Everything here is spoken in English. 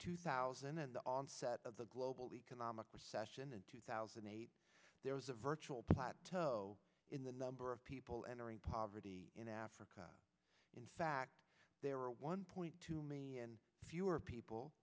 two thousand and the onset of the global economic recession in two thousand and eight there was a virtual plateau in the number of people entering poverty in africa in fact there were one point to me and fewer people